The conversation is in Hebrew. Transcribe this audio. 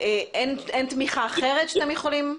אין תמיכה אחרת שאתם יכולים לתת?